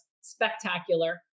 spectacular